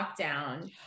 lockdown